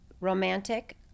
romantic